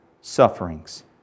sufferings